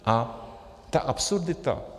A ta absurdita.